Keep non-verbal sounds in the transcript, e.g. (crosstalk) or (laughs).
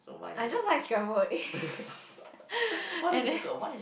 I just like scrambled eggs (laughs) and then